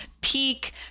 peak